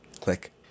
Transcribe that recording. Click